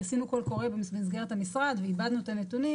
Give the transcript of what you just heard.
כי עשינו קול קורא במסגרת המשרד ועיבדנו את הנתונים,